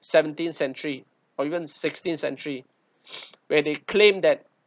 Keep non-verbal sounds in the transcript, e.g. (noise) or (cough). seventeenth century or even sixteenth century (noise) where they claim that